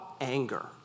anger